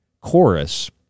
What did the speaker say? chorus